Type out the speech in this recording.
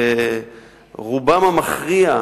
רובם המכריע,